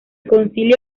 concilio